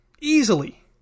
Easily